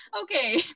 Okay